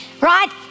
right